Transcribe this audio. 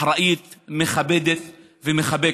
אחראית, מכבדת ומחבקת.